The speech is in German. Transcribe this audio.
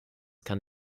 kann